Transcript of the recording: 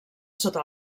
sota